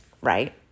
right